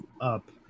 up